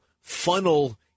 funnel